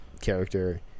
character